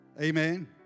Amen